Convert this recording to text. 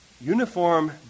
uniform